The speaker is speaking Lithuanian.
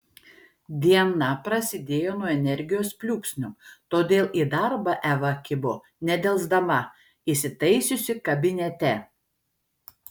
diena prasidėjo nuo energijos pliūpsnio todėl į darbą eva kibo nedelsdama įsitaisiusi kabinete